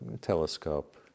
Telescope